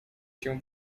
się